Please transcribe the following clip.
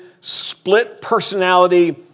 split-personality